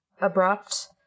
abrupt